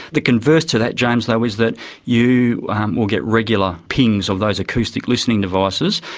the converse to that, james, though is that you will get regular pings of those acoustic listening devices,